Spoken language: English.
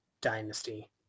dynasty